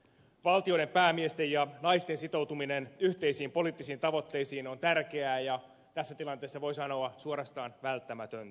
valtioiden päämiesten ja naisten sitoutuminen yhteisiin poliittisiin tavoitteisiin on tärkeää ja tässä tilanteessa voi sanoa suorastaan välttämätöntä